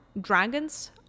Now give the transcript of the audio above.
dragons